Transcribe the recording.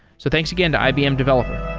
so thanks again to ibm developer.